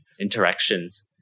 interactions